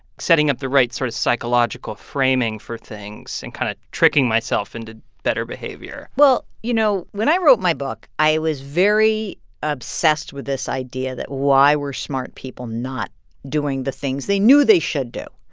setting up the right sort of psychological framing for things and kind of tricking myself into better behavior well, you know, when i wrote my book, i was very obsessed with this idea that why were smart people not doing the things they knew they should do?